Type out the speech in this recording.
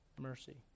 mercy